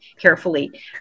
carefully